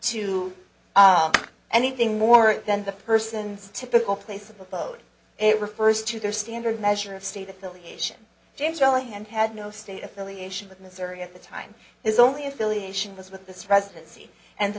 to anything more than the person's typical place of abode it refers to their standard measure of state affiliation james kelly and had no state affiliation with missouri at the time is only affiliation was with this residency and the